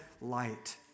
light